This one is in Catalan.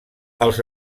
els